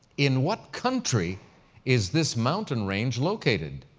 in what country is this mountain range located?